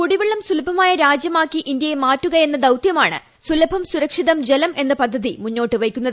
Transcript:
കുടിവെള്ളം സുലഭമായ രാജ്യമാക്കി ഇന്ത്യയെ മാറ്റുകയെന്ന ദൌത്യത്തോടെയാണ് സുലഭം സുരക്ഷിതം ജലം എന്ന പദ്ധതി മുന്നോട്ട് വെയ്ക്കുന്നത്